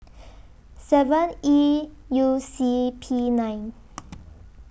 seven E U C P nine